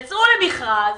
יצא למכרז